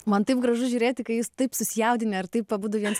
man taip gražu žiūrėti kai jūs taip susijaudinę ir taip abudu viens